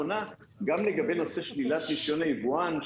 לגבי הנושא שלילת הרישיון של היבואן,